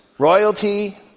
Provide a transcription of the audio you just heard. royalty